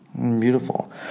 beautiful